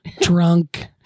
drunk